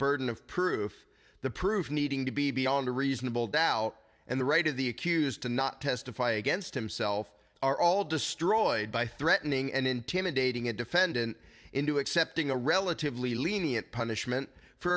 burden of proof the proof needing to be beyond a reasonable doubt and the right of the accused to not testify against himself are all destroyed by threatening and intimidating a defendant into accepting a relatively lenient punishment for